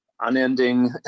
unending